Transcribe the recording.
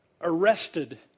arrested